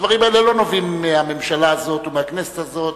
הדברים האלה לא נובעים מהממשלה הזאת או מהכנסת הזאת.